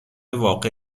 واقع